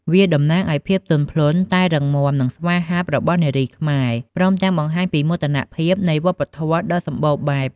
វាតំណាងឱ្យភាពទន់ភ្លន់ តែរឹងមាំ និងស្វាហាប់របស់នារីខ្មែរ ព្រមទាំងបង្ហាញពីមោទកភាពនៃវប្បធម៌ដ៏សម្បូរបែប។